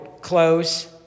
close